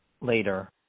later